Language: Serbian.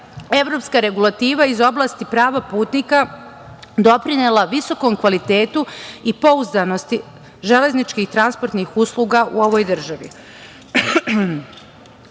evropska regulativa iz oblasti prava putnika doprinela visokom kvalitetu i pouzdanosti železničkih i transportnih usluga u ovoj državi. Jedan